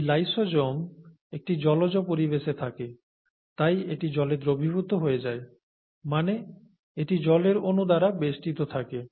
এই লাইসোজোম একটি জলজ পরিবেশে থাকে তাই এটি জলে দ্রবীভুত হয়ে যায় মানে এটি জলের অনু দ্বারা বেষ্টিত থাকে